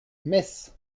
metz